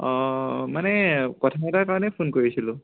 মানে কথা এটাৰ কাৰণে ফোন কৰিছিলোঁ